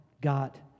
got